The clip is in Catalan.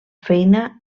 feina